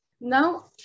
Now